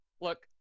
look